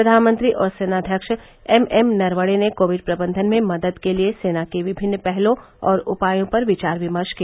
प्रधानमंत्री और सेनाध्यक्ष एमएम नरवणेने कोविड प्रबंधन में मदद के लिए सेना की विभिन्न पहलों और उपायों पर विचार विमर्श किया